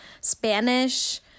Spanish